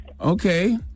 Okay